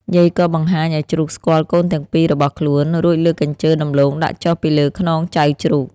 យាយក៏បង្ហាញឱ្យជ្រូកស្គាល់កូនទាំងពីររបស់ខ្លួន រួចលើកកញ្ជើរដំឡូងដាក់ចុះពីលើខ្នងចៅជ្រូក